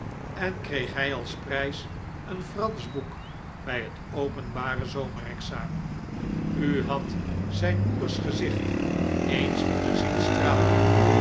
en kreeg hij als prijs een fransch boek bij het openbare zomerexamen u had zijn moeders gezicht eens moeten zien